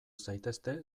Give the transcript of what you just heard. zaitezte